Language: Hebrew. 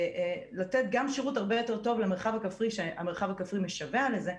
ולתת גם שירות הרבה יותר טוב למרחב הכפרי שהמרחב הכפרי משווע לזה,